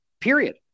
period